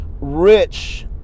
rich